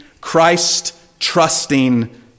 Christ-trusting